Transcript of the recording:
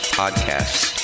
podcasts